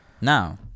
now